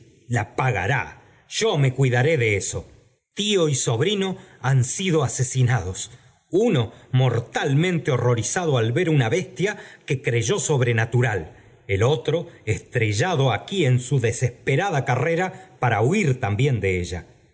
la pagará yo me cuidaré de eso tío y sobrino han sido asesinados uno mortalmente horrorizado al ver á una bestia que creyó sobrenatural el otro estrellado aquí en su desesperada carrera para huir también de ella